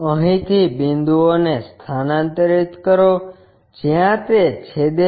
અહીંથી બિંદુઓને સ્થાનાંતરિત કરો જ્યાં તે છેદે છે